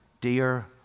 dear